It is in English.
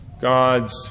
God's